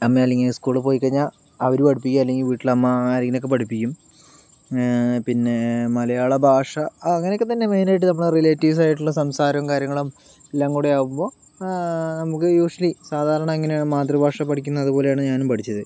അമ്മയല്ലെങ്കിൽ സ്കൂളിൽ പോയി കഴിഞ്ഞാൽ അവർ പഠിപ്പിയ്ക്കും അല്ലെങ്കിൽ വീട്ടിൽ അമ്മ ആരെങ്കിലും ഒക്കെ പഠിപ്പിയ്ക്കും പിന്നെ മലയാള ഭാഷ ആ അങ്ങനെയൊക്കെ തന്നെയാണ് മൈയിൻ ആയിട്ട് നമ്മുടെ റിലേറ്റീവ്സ് ആയിട്ടുള്ള സംസാരവും കാര്യങ്ങളും എല്ലാം കൂടിയാകുമ്പോൾ നമുക്ക് യൂഷ്വലി സാധാരണ എങ്ങനെയാണ് മാതൃഭാഷ പഠിക്കുന്നത് അതുപോലെയാണ് ഞാനും പഠിച്ചത്